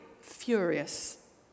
furious